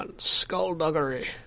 skullduggery